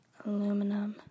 aluminum